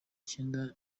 cyenda